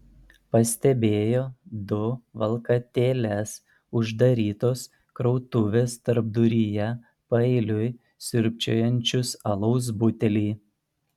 pastebėjo du valkatėles uždarytos krautuvės tarpduryje paeiliui siurbčiojančius alaus butelį